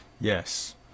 Yes